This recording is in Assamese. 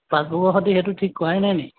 পাছবুকৰ হেতি সেইটো ঠিক কৰাই নাই নি